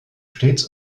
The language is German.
stets